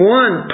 one